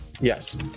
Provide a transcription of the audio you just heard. Yes